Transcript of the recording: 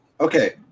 Okay